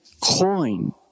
coin